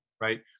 Right